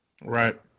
Right